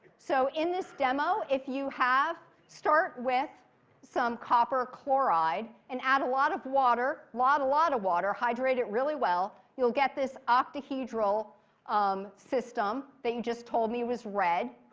so, in this demo, if you have, start with some copper chloride and add a lot of water. a lot, a lot of water. hydrate it really well. you'll get this octahedral um system that you just told me was red.